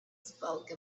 spoke